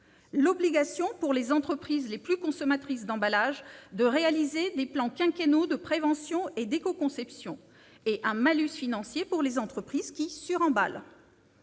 l'obligation pour les entreprises les plus consommatrices d'emballages de réaliser des plans quinquennaux de prévention et d'éco-conception ; un malus financier pour les entreprises qui suremballent.